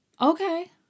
Okay